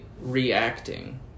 reacting